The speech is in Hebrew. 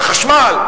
בחשמל,